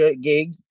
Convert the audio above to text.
gig